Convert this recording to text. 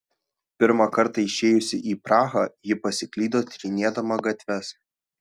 pirmą kartą išėjusi į prahą ji pasiklydo tyrinėdama gatves